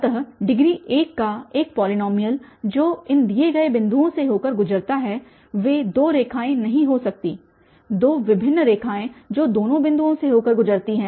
अतः डिग्री 1 का एक पॉलीनॉमियल जो इन दिए गए दो बिंदुओं से होकर गुजरता है वे दो रेखाएं नहीं हो सकती दो भिन्न रेखाएं जो दोनों बिंदुओं से होकर गुजरती हैं